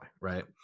right